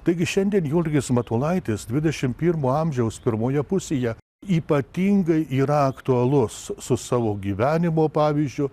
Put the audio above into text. taigi šiandien jurgis matulaitis dvidešim pirmo amžiaus pirmoje pusėje ypatingai yra aktualus su savo gyvenimo pavyzdžiu